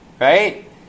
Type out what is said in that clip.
Right